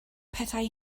pethau